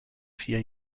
vier